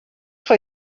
for